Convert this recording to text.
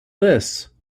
this